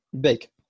big